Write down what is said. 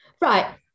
right